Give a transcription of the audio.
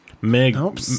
Meg